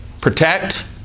protect